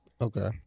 okay